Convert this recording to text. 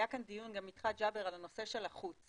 היה כאן דיון גם איתך, ג'אבר, על הנושא של החוץ,